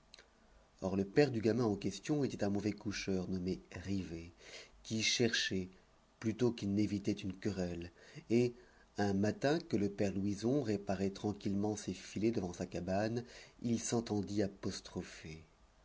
or le père du gamin en question était un mauvais coucheur nommé rivet qui cherchait plutôt qu'il n'évitait une querelle et un matin que le père louison réparait tranquillement ses filets devant sa cabane il